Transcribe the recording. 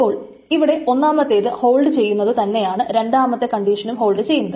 അപ്പോൾ ഇവിടെ ഒന്നാമത്തേത് ഹോൾഡ് ചെയ്യുന്നതു തന്നെയാണ് രണ്ടാമത്തെ കണ്ടീഷനും ഹോൾഡ് ചെയ്യുന്നത്